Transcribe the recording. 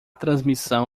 transmissão